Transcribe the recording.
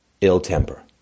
ill-temper